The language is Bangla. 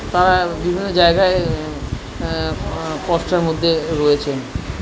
তারা বিভিন্ন জায়গায় কষ্টের মধ্যে রয়েছেন